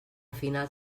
finals